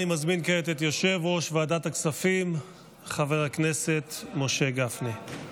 אני מזמין כעת את יושב-ראש ועדת הכספים חבר הכנסת משה גפני.